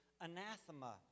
anathema